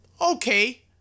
Okay